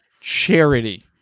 charity